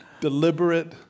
deliberate